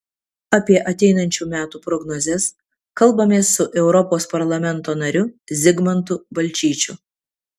apie ateinančių metų prognozes kalbamės su europos parlamento nariu zigmantu balčyčiu